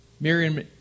Miriam